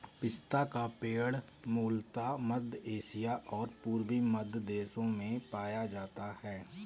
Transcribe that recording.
पिस्ता का पेड़ मूलतः मध्य एशिया और पूर्वी मध्य देशों में पाया जाता है